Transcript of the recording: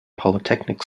polytechnic